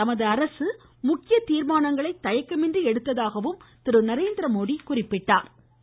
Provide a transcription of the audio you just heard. தமது அரசு முக்கிய தீர்மானங்களை தயக்கமின்றி எடுத்ததாகவும் அவர் குறிப்பிட்டாள்